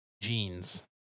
jeans